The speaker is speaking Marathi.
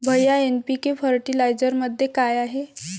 भैय्या एन.पी.के फर्टिलायझरमध्ये काय आहे?